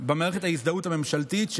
במערכת ההזדהות הממשלתית,